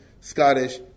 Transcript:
Scottish